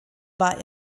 war